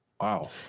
wow